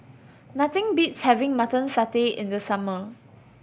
nothing beats having Mutton Satay in the summer